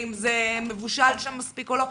אם זה מבושל שם מספיק או לא,